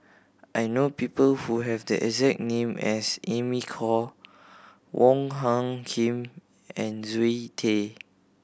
I know people who have the exact name as Amy Khor Wong Hung Khim and Zoe Tay